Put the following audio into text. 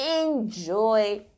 Enjoy